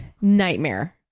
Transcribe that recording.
Nightmare